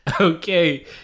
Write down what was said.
okay